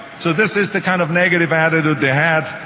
so this is the kind of negative attitude they had,